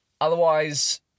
Otherwise